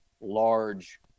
large